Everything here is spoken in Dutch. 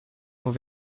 voor